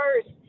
first